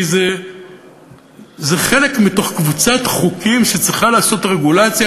כי זה חלק מתוך קבוצת חוקים שצריכה לעשות רגולציה